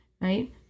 right